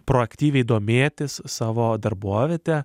proaktyviai domėtis savo darbovietę